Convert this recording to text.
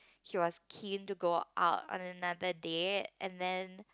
he was keen to go out on another date and then